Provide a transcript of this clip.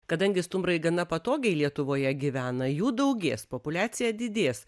kadangi stumbrai gana patogiai lietuvoje gyvena jų daugės populiacija didės